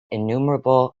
innumerable